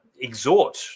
exhort